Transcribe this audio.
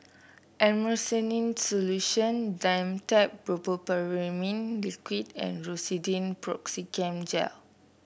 Erythroymycin Solution Dimetapp Brompheniramine Liquid and Rosiden Piroxicam Gel